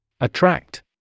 Attract